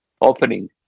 opening